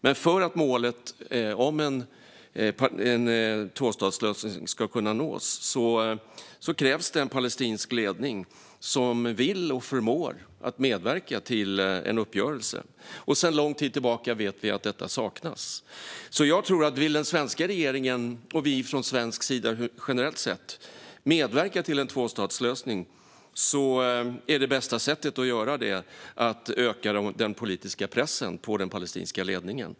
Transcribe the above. Men för att målet om en tvåstatslösning ska kunna nås krävs det en palestinsk ledning som vill och förmår att medverka till en uppgörelse. Sedan lång tid tillbaka vet vi att detta saknas. Jag tror att om den svenska regeringen och vi från svensk sida generellt sett vill medverka till en tvåstatslösning är det bästa sättet att göra detta att öka den politiska pressen på den palestinska ledningen.